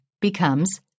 becomes